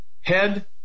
head